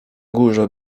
górze